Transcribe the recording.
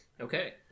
Okay